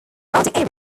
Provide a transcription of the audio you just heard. surrounding